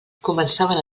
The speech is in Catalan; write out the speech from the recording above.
començaven